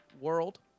world